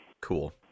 Cool